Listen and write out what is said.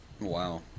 wow